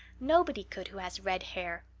nobody could who has red hair.